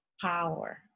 power